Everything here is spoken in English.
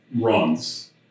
runs